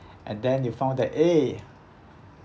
and then you found that eh